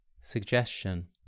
suggestion